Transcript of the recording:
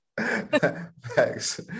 Thanks